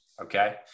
Okay